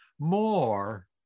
more